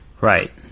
right